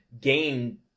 gain